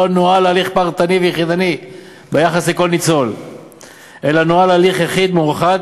נוהל הליך פרטני ויחידני ביחס לכל ניצול אלא נוהל הליך יחיד מאוחד.